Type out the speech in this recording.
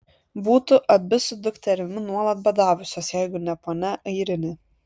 būtų abi su dukterimi nuolat badavusios jeigu ne ponia airinė